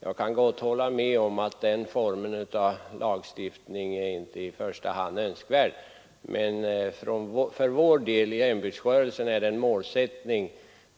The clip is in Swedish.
Jag kan gott hålla med om att den här formen av lagstiftning inte är i första hand önskvärd. Men för vår del — i hembygdsrörelsen — är detta en målsättning.